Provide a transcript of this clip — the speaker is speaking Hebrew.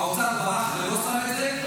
האוצר ברח ולא שם את זה,